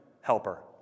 helper